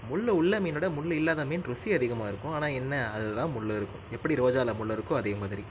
முள் உள்ள மீனை விட முள் இல்லாத மீன் ருசி அதிகமாக இருக்கும் ஆனால் என்ன அதில் தான் முள் இருக்கும் எப்படி ரோஜாவில முள் இருக்கோ அதே மாதிரி